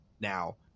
now